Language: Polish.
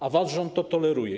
A wasz rząd to toleruje.